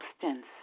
substance